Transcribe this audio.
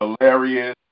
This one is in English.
hilarious